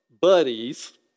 buddies